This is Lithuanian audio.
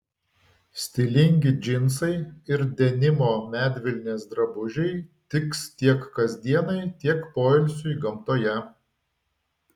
stilingi džinsai ir denimo medvilnės drabužiai tiks tiek kasdienai tiek poilsiui gamtoje